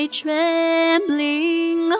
trembling